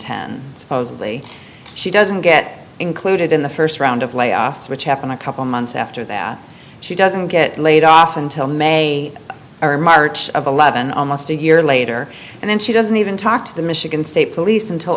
ten supposedly she doesn't get included in the first round of layoffs which happened a couple months after that she doesn't get laid off until may or march of eleven almost a year later and then she doesn't even talk to the michigan state police until